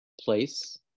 place